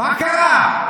מה קרה?